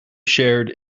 shared